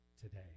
today